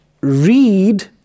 read